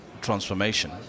transformation